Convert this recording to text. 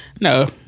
No